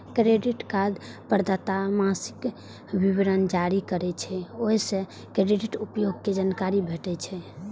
credit card प्रदाता मासिक विवरण जारी करै छै, ओइ सं क्रेडिट उपयोग के जानकारी भेटै छै